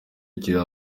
kiriho